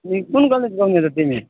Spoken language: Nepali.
अनि कुन कलेज पढ्ने त तिमी